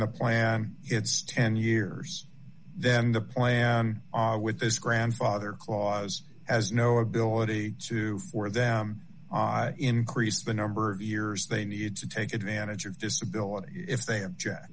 the plan it's ten years then the plan with his grandfather clause has no ability to for them increase the number of years they need to take advantage of disability if they